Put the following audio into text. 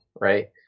Right